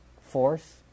force